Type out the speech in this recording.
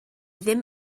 ddim